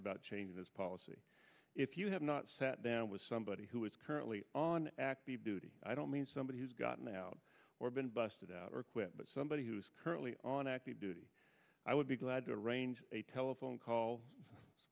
about changing his policy if you have not sat down with somebody who is currently on active duty i don't mean somebody who's gotten out or been busted out or quit but somebody who's currently on active duty i would be glad to arrange a telephone call